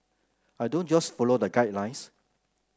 I don't just follow the guidelines